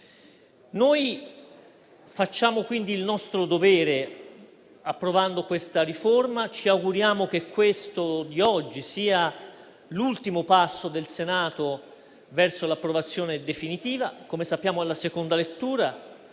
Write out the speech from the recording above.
Noi facciamo quindi il nostro dovere approvando questa riforma. Ci auguriamo che quello odierno sia l'ultimo passo del Senato verso l'approvazione definitiva (come sappiamo è la seconda lettura).